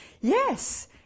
yes